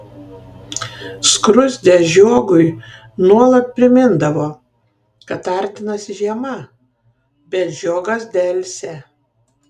skruzdė žiogui nuolat primindavo kad artinasi žiema bet žiogas delsė